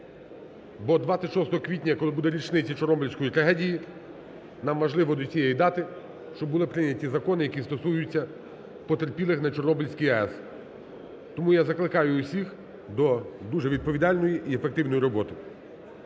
бо 26 квітня, коли буде річниця Чорнобильської трагедії, нам важливо до цієї дати, щоб були прийняті закони, які стосується потерпілих на Чорнобильській АЕС. Тому я закликаю усіх до дуже відповідальної і ефективної роботи.